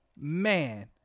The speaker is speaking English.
Man